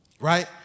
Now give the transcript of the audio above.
Right